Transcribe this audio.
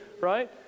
right